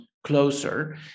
closer